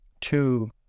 two